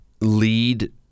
lead